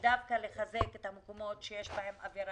ורצינו שהיא תחזור גם כדי שהעובדות